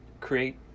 create